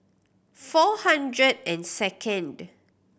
four hundred and second